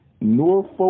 Norfolk